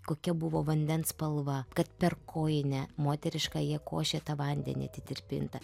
kokia buvo vandens spalva kad per kojinę moterišką jie košė tą vandenį atitirpintą